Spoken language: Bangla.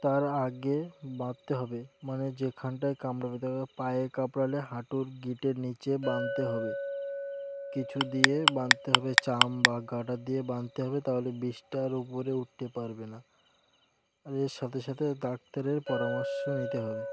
তার আগে বাঁধতে হবে মানে যেখানটায় কামড়াবে ধরো পায়ে কামড়ালে হাঁটুর গিঁটের নিচে বাঁধতে হবে কিছু দিয়ে বাঁধতে হবে চাম বা গার্ডার দিয়ে বাঁধতে হবে তাহলে বিষটা আর উপরে উঠতে পারবে না আর এর সাথে সাথে ডাক্তারের পরামর্শ নিতে হবে